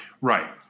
Right